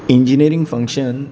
engineering function